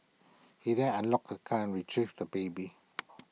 he then unlocked the car and retrieved the baby